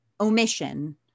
omission